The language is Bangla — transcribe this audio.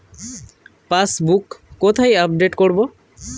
পাসবুক কোথায় আপডেট করব?